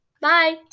Bye